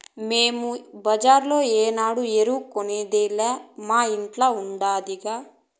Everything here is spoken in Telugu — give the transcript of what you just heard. మేము బజార్లో ఏనాడు ఎరువు కొనేదేలా మా ఇంట్ల ఉండాదిగా